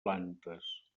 plantes